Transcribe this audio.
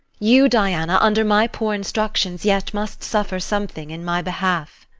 you, diana, under my poor instructions yet must suffer something in my behalf.